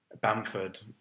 Bamford